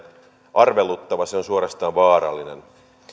arveluttava se on suorastaan vaarallinen